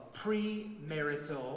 premarital